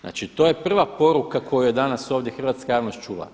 Znači, to je prva poruka koju je danas ovdje hrvatska javnost čula.